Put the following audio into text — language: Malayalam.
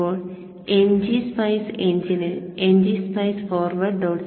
ഇപ്പോൾ ngSpice എഞ്ചിനിൽ ngSpice forward